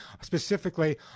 specifically